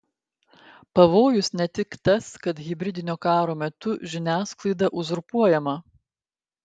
pavojus ne tik tas kad hibridinio karo metu žiniasklaida uzurpuojama